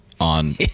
on